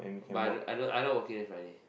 but I I I not working next Friday